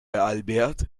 albert